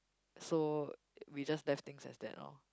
so we just left things as that lor